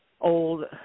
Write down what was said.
old